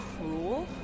cruel